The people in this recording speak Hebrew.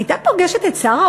הייתה פוגשת את שר,